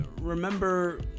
Remember